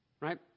Right